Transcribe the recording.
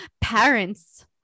parents